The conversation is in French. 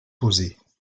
posées